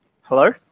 Hello